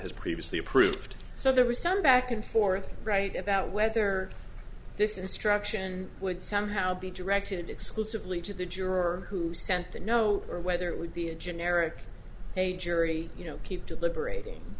has previously approved so there was some back and forth right about whether this instruction would somehow be directed exclusively to the juror who sent that no or whether it would be a generic a jury you know keep deliberating